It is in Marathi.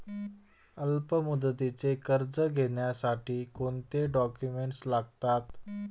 अल्पमुदतीचे कर्ज घेण्यासाठी कोणते डॉक्युमेंट्स लागतात?